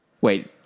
Wait